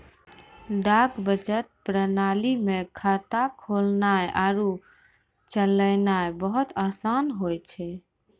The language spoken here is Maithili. डाक बचत प्रणाली मे खाता खोलनाय आरु चलैनाय बहुते असान होय छै